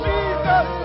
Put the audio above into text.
Jesus